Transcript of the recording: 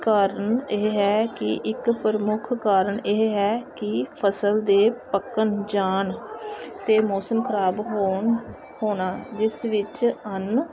ਕਾਰਨ ਇਹ ਹੈ ਕਿ ਇੱਕ ਪ੍ਰਮੁੱਖ ਕਾਰਨ ਇਹ ਹੈ ਕਿ ਫਸਲ ਦੇ ਪੱਕ ਜਾਣ 'ਤੇ ਮੌਸਮ ਖਰਾਬ ਹੋਣ ਹੋਣਾ ਜਿਸ ਵਿੱਚ ਅੰਨ